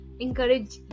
encourage